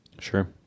Sure